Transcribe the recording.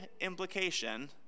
implication